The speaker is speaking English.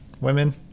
Women